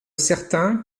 certains